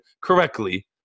correctly